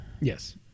yes